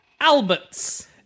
Alberts